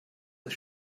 das